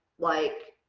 like